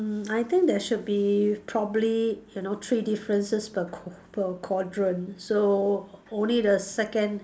mm I think there should be probably you know three differences per qua~ per quadrant so only the second